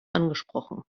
angesprochen